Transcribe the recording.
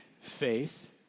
faith